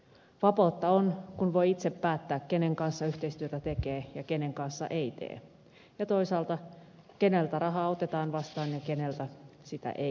vapautta on kun voi itse päättää kenen kanssa yhteistyötä tekee ja kenen kanssa ei tee ja toisaalta keneltä rahaa otetaan vastaan ja keneltä sitä ei oteta